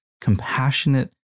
compassionate